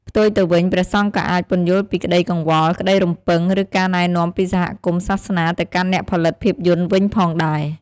ផ្ទុយទៅវិញ ព្រះសង្ឃក៏អាច ពន្យល់ពីក្តីកង្វល់ ក្តីរំពឹង ឬការណែនាំពីសហគមន៍សាសនា ទៅកាន់អ្នកផលិតភាពយន្តវិញផងដែរ។